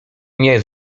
nie